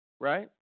right